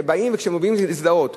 כשבאים ואומרים להזדהות,